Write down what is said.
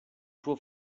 suo